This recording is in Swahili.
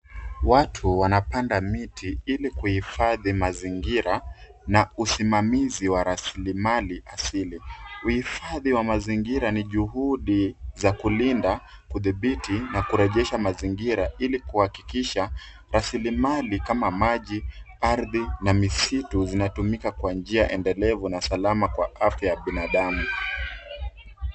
Watu wanapanda miti ili kuhifadhi mazingiria na usimamizi wa rasilimali asili. Uhifadhi wa mazingira ni juhudi za kulinda kudhibiti na kurejesha mazingira ili kuhakikisha rasilimali kama maji ardhi na misitu zinatumika kwa njia endelevu na salama kwa afya ya binadamu.